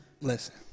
Listen